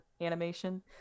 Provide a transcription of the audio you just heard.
animation